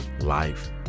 life